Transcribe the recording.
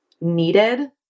needed